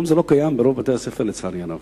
היום זה לא קיים ברוב בתי-הספר, לצערי הרב,